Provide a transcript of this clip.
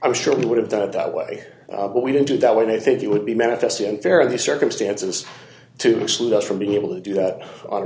i'm sure we would have done it that way but we didn't do that when i think it would be manifestly unfair of the circumstances to exclude us from being able to do that